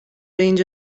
اینجا